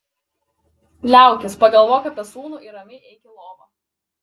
liaukis pagalvok apie sūnų ir ramiai eik į lovą